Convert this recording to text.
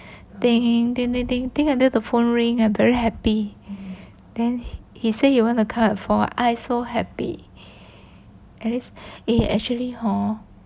think think think think until the phone rings I very happy then he said you want to come at four ah I so happy and it's actually hor